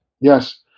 Yes